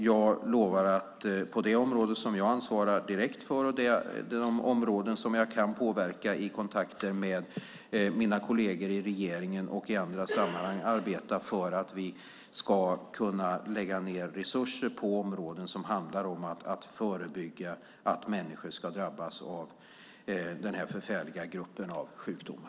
Jag lovar att på det område jag ansvarar direkt för och på de områden där jag kan påverka i kontakter med mina kolleger i regeringen och i andra sammanhang arbeta för att vi ska kunna lägga resurser på att förebygga att människor ska drabbas av den förfärliga gruppen av sjukdomar.